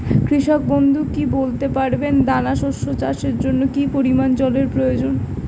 কৃষক বন্ধু কি বলতে পারবেন দানা শস্য চাষের জন্য কি পরিমান জলের প্রয়োজন?